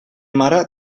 mare